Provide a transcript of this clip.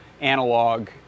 Analog